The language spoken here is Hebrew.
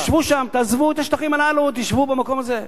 תשבו שם, תעזבו את השטחים הללו, תשבו במקום הזה.